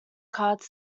cards